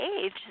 age